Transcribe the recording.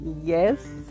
yes